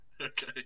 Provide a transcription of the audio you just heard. Okay